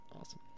awesome